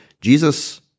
Jesus